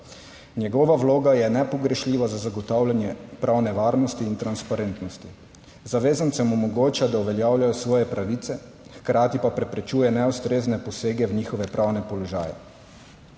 Njegova vloga je nepogrešljiva za zagotavljanje pravne varnosti in transparentnosti. Zavezancem omogoča, da uveljavljajo svoje pravice, hkrati pa preprečuje neustrezne posege v njihove pravne položaje.